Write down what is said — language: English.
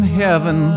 heaven